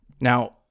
Now